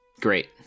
great